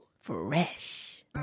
Fresh